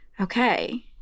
okay